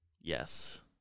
Yes